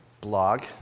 blog